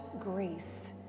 grace